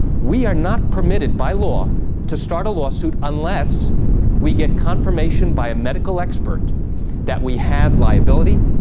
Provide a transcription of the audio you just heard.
we are not permitted by law to start a lawsuit unless we get confirmation by a medical expert that we have liability,